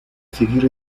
seguir